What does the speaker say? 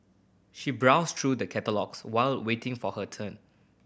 she browsed through the catalogues while waiting for her turn